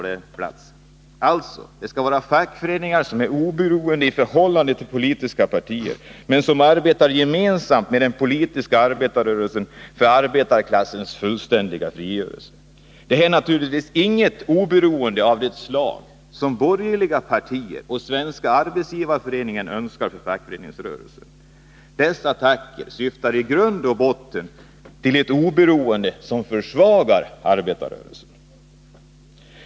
Det skall alltså vara fackföreningar som är oberoende i förhållande till politiska partier, men som arbetar gemensamt med den politiska arbetarrörelsen för arbetarklassens fullständiga frigörelse. Det här är naturligtvis inget oberoende av det slag som borgerliga partier och Svenska arbetsgivareföreningen önskar för fackföreningsrörelsen. Dess attacker syftar i grund och botten till ett oberoende som försvagar arbetarrörelsen.